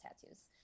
tattoos